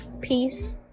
peace